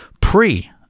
pre